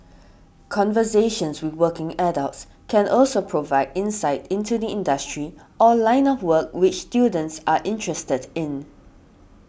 conversations with working adults can also provide insight into the industry or line of work which students are interested in